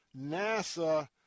NASA